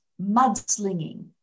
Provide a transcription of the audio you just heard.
mudslinging